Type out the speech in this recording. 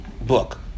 book